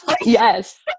yes